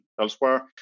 elsewhere